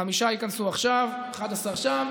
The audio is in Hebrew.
חמישה ייכנסו עכשיו, 11 שם.